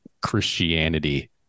Christianity